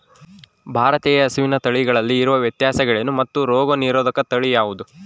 ಭಾರತೇಯ ಹಸುವಿನ ತಳಿಗಳಲ್ಲಿ ಇರುವ ವ್ಯತ್ಯಾಸಗಳೇನು ಮತ್ತು ರೋಗನಿರೋಧಕ ತಳಿ ಯಾವುದು?